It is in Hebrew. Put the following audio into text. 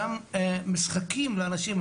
גם משחקים לאנשים.